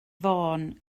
fôn